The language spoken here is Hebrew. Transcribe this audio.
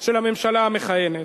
של הממשלה המכהנת.